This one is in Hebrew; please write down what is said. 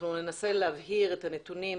אנחנו ננסה להבהיר את הנתונים,